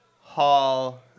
hall